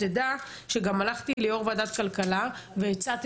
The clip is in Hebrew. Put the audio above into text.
הלכתי ליושב-ראש ועדת הכלכלה והצעתי